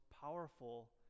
powerful